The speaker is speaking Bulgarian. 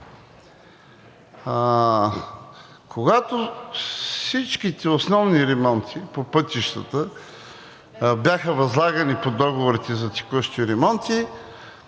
Когато всичките основни ремонти по пътищата бяха възлагани по договорите за текущи ремонти,